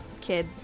kid